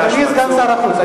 אדוני סגן שר החוץ,